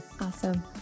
Awesome